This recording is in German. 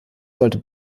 sollte